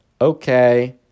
okay